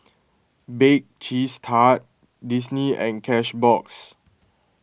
Bake Cheese Tart Disney and Cashbox